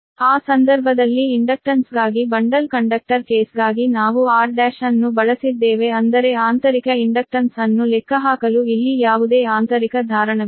ಆದ್ದರಿಂದ ಆ ಸಂದರ್ಭದಲ್ಲಿ ಇಂಡಕ್ಟನ್ಸ್ಗಾಗಿ ಬಂಡಲ್ ಕಂಡಕ್ಟರ್ ಕೇಸ್ಗಾಗಿ ನಾವು r' ಅನ್ನು ಬಳಸಿದ್ದೇವೆ ಅಂದರೆ ಆಂತರಿಕ ಇಂಡಕ್ಟನ್ಸ್ ಅನ್ನು ಲೆಕ್ಕಹಾಕಲು ಇಲ್ಲಿ ಯಾವುದೇ ಆಂತರಿಕ ಧಾರಣವಿಲ್ಲ